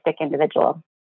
individual